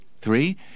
Three